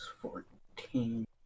fourteen